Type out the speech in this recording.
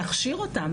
להכשיר אותם,